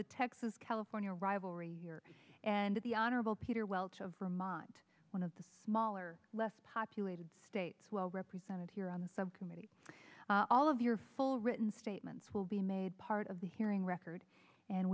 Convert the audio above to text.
the texas california rivalry here and the honorable peter welch of vermont one of the smaller less populated states well represented here on the subcommittee all of your full written statements will be made part of the hearing record and